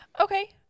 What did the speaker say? Okay